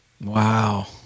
Wow